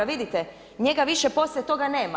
Vidite njega više poslije toga nema.